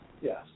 yes